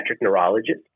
neurologist